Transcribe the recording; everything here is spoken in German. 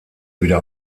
wieder